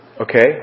Okay